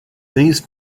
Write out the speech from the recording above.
these